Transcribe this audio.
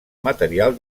material